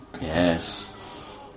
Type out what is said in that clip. yes